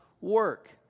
work